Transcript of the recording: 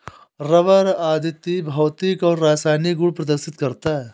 rubber अद्वितीय भौतिक और रासायनिक गुण प्रदर्शित करता है